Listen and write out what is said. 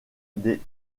des